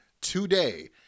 today